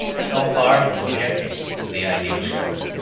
so far from objecting to the ideal shepherd,